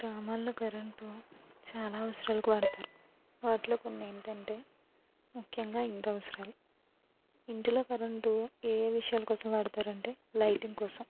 గ్రామాల్లో కరెంటు చాలా అవసరాలకు వాడుతారు వాటిలో కొన్ని ఏంటంటే ముఖ్యంగా ఇంటి అవసరాలు ఇంటిలో కరెంటు ఏయే విషయాల కోసం వాడుతారంటే లైటింగ్ కోసం